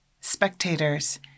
spectators